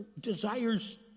desires